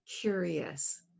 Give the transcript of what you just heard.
curious